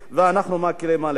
ושאנחנו מקלים עליהם.